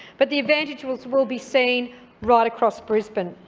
but the advantages will be seen right across brisbane.